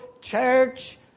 church